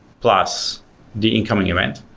plus the incoming event.